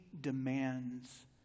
demands